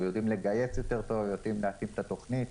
יודעים --- ויודעים להתאים את התכנית,